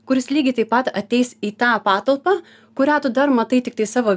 kuris lygiai taip pat ateis į tą patalpą kurią tu dar matai tiktai savo